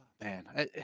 man